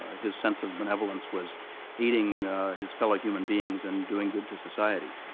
ah his sense of benevolence was aiding his fellow human beings and doing good to society.